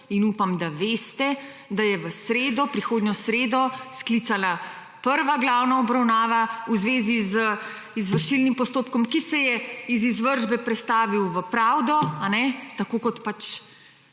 in upam, da veste, da je v sredo, prihodnjo sredo sklicana prva glavna obravnava v zvezi z izvršilnim postopkom, ki se je iz izvršbe prestavil v pravdo, tako kot pač